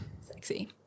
sexy